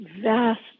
vast